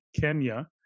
Kenya